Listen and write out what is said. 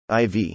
IV